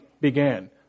began